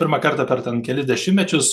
pirmą kartą per ten kelis dešimtmečius